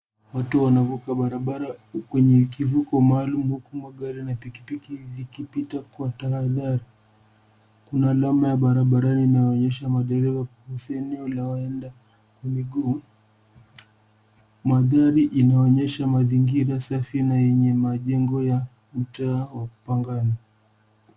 Watu wanavuka barabara kwenye kivuko maalum huku magari na pikipiki zikipita kwa tahadhari. Kuna alama ya barabarani inayoonyesha madereva kuhusu eneo la waenda kwa miguu. Mandhari inaonyesha mazigira safi na yenye majego ya mtaa wa pagani.